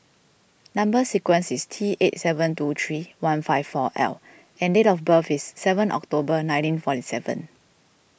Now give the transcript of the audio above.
Number Sequence is T eight seven two three one five four L and date of birth is seven October nineteen forty seven